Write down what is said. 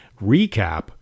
recap